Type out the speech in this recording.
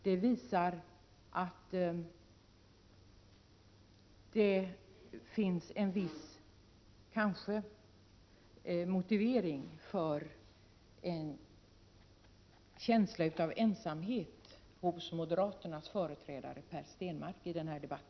Det visar att det kanske är motiverat med en känsla av ensamhet hos moderaternas företrädare Per Stenmarck i denna debatt.